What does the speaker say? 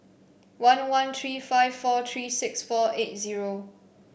one one three five four three six four eight zero